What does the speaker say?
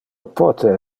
pote